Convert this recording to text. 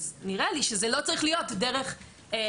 אז נראה לי שזה לא צריך להיות דרך התיקון